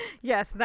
Yes